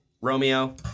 Romeo